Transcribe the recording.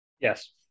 Yes